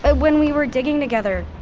ah when we were digging together,